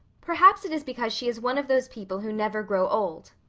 perhaps it is because she is one of those people who never grow old.